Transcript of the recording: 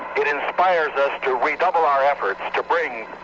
it inspires us to redouble our efforts to bring